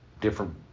different